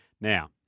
Now